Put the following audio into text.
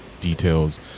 details